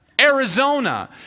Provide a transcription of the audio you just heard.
Arizona